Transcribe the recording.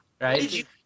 right